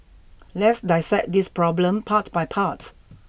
let's dissect this problem part by part